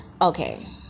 okay